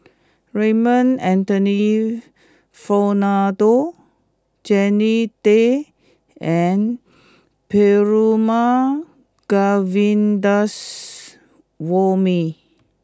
Raymond Anthony Fernando Jannie Tay and Perumal Govindaswamy